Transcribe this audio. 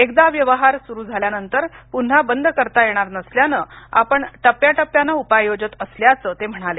एकदा व्यवहार सुरू झाल्यानंतर पुन्हा बंद करता येणार नसल्यानं आपण टप्प्याटप्प्यानं उपाय योजत असल्याचं ते म्हणाले